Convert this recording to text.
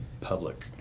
public